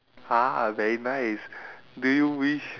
ah very nice do you wish